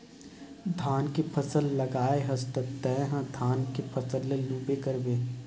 धान के फसल लगाए हस त तय ह धान के फसल ल लूबे करबे